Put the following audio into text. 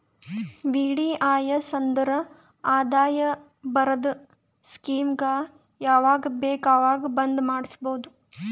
VDIS ಅಂದುರ್ ಆದಾಯ ಬರದ್ ಸ್ಕೀಮಗ ಯಾವಾಗ ಬೇಕ ಅವಾಗ್ ಬಂದ್ ಮಾಡುಸ್ಬೋದು